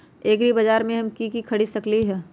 एग्रीबाजार से हम की की खरीद सकलियै ह?